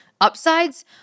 upsides